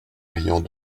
riant